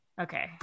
Okay